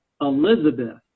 Elizabeth